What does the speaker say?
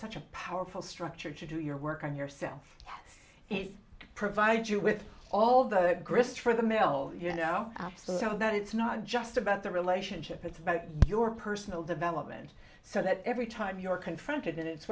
such a powerful structure to do your work on yourself it provides you with all the grist for the mill you know so that it's not just about the relationship it's about your personal development so that every time you're confronted and it's